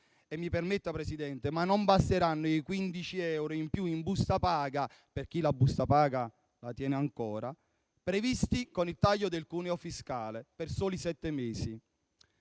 Mi permetta, Presidente: non basteranno i 15 euro in più in busta paga, per chi una busta paga la percepisce ancora, previsti con il taglio del cuneo fiscale per soli sette mesi.